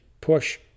push